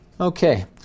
okay